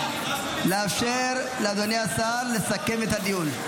לאפשר לאדוני השר לסכם את הדיון.